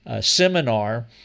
seminar